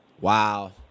Wow